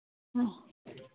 ꯑꯥ